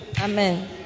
Amen